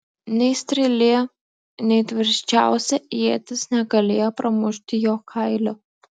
nei strėlė nei tvirčiausia ietis negalėjo pramušti jo kailio